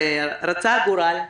ורצה הגורל,